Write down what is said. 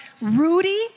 Rudy